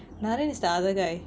naren is the other guy